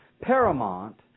paramount